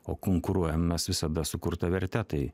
o konkuruojam mes visada sukurta verte tai